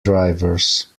drivers